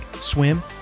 swim